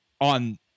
on